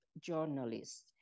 journalists